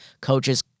coaches